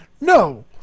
No